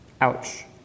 Ouch